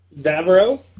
Davro